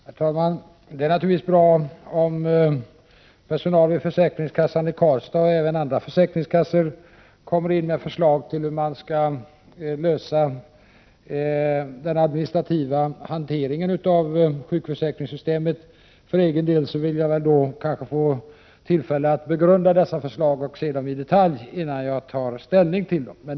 Herr talman! Det är naturligtvis bra om personalen vid försäkringskassan i Karlstad och även andra försäkringskassor kommer med förslag till hur man skall kunna lösa den administrativa hanteringen av sjukförsäkringssystemet. För egen del vill jag få tillfälle att begrunda dessa förslag i detalj innan jag tar ställning till dem.